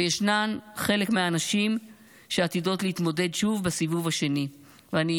וחלק מהנשים עתידות להתמודד שוב בסיבוב השני, ואני